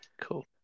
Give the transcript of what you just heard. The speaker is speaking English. cool